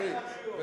מרינה, מה עם הדיור?